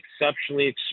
exceptionally